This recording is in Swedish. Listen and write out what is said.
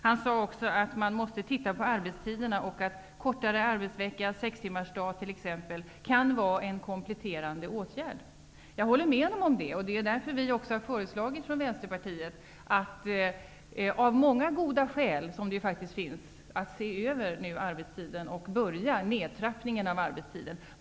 Han sade också att man måste titta på arbetstiderna och att ''kortare arbetsvecka, sextimmarsdag t.ex., kan vara en kompletterande åtgärd''. Jag håller med honom om det. Det är också därför vi i Vänsterpartiet har föreslagit att arbetstiden av många goda skäl, som det faktiskt finns, ses över och att nedtrappningen av arbetstiden börjar.